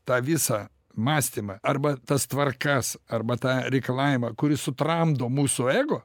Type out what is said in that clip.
tą visą mąstymą arba tas tvarkas arba tą reikalavimą kuris sutramdo mūsų ego